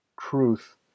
truth